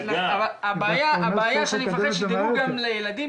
הבעיה היא שאני מפחד שידאגו גם לילדים